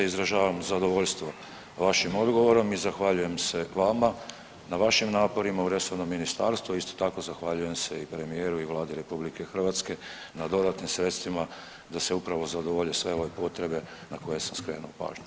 Izražavam zadovoljstvo vašim odgovorom i zahvaljujem se vama na vašim naporima u resornom ministarstvu, a isto tako zahvaljujem se i premijeru i Vladi RH na dodatnim sredstvima da se upravo zadovolje sve ove potrebe na koje sam skrenuo pažnju.